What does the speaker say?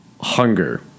hunger